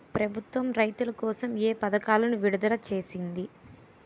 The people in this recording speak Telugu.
ప్రభుత్వం రైతుల కోసం ఏ పథకాలను విడుదల చేసింది?